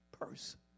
person